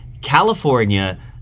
California